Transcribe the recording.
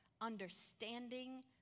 understanding